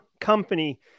company